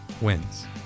wins